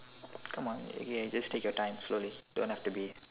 come on you can just take your time slowly don't have to be